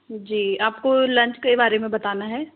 जी आपको लंच के बारे में बताना है